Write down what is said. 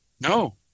no